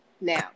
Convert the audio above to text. now